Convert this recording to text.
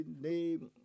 name